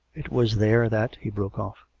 it was there that he broke off.